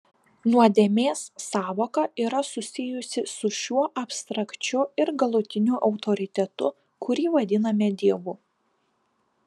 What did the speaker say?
nuodėmės sąvoka yra susijusi su šiuo abstrakčiu ir galutiniu autoritetu kurį vadiname dievu